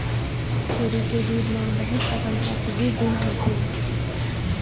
छेरी के दूद म बहुत अकन औसधी गुन होथे